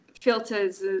filters